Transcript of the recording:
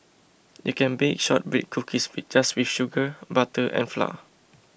you can bake Shortbread Cookies just with sugar butter and flour